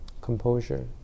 composure